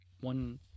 one